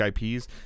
IPs